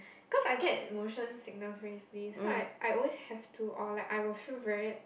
cause I get motion sickness very easily so I I always have to or like I will feel very